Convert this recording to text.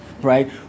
Right